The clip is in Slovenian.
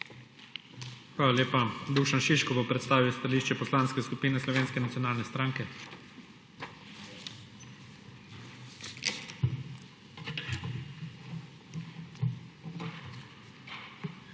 Hvala lepa. Dušan Šiško bo predstavil stališče Poslanske skupine Slovenske nacionalne stranke. DUŠAN ŠIŠKO